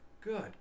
Good